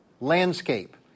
landscape